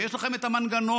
ויש לכם את המנגנון,